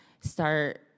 start